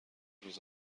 روز